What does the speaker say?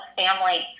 family